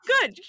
good